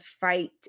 fight